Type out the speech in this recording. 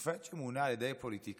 שופט שמונה על ידי פוליטיקאי,